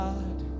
God